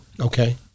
Okay